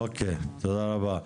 אוקיי, תודה רבה.